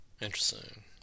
Interesting